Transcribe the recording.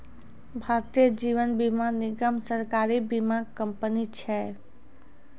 भारतीय जीवन बीमा निगम, सरकारी बीमा कंपनी छै